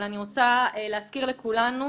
אבל אני רוצה להזכיר לכולנו